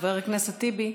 חבר הכנסת טיבי.